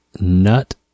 nut